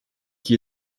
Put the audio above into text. qui